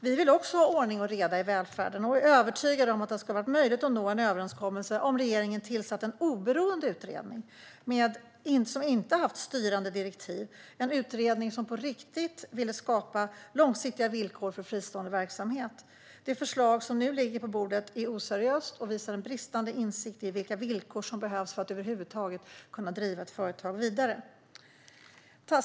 Vi vill också ha ordning och reda i välfärden och är övertygade om att det skulle ha varit möjligt att nå en överenskommelse om regeringen tillsatt en oberoende utredning som inte haft styrande direktiv, en utredning som på riktigt ville skapa långsiktiga villkor för fristående verksamhet. Det förslag som nu ligger på bordet är oseriöst och visar på bristande insikt i vilka villkor som behövs för att över huvud taget kunna driva företag vidare.